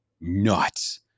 nuts